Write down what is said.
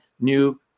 new